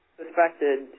suspected